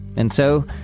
and so,